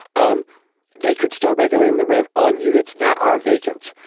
um they could start regulating the rent on units that are vacant.